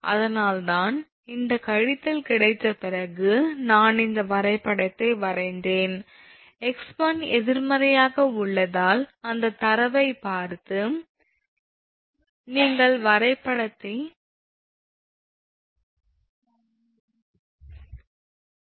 அதனால்தான் இந்த கழித்தல் கிடைத்த பிறகு நான் இந்த வரைபடத்தை வரைந்தேன் 𝑥1 எதிர்மறையாக உள்ளதால் அந்த தரவைப் பார்த்து நீங்கள் வரைபடத்தை திட்டமிட முடியாது